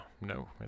No